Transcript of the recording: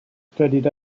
studied